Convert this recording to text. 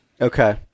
Okay